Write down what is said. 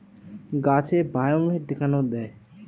গাছে বায়োমেট কেন দেয়?